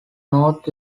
north